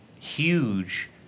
huge